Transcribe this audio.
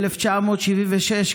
ב-1976,